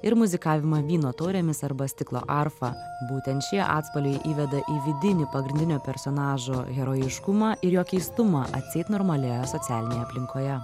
ir muzikavimą vyno taurėmis arba stiklo arfa būtent šie atspalviai įveda į vidinį pagrindinio personažo herojiškumą ir jo keistumą atseit normalioje socialinėj aplinkoje